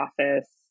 office